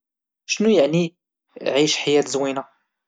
شنو يعتي عيش حياة زوينة؟